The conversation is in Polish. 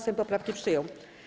Sejm poprawki przyjął.